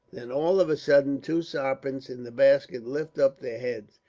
then all of a suddint two sarpents in the basket lifts up their heads,